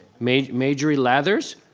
majorie majorie lathers.